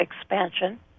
expansion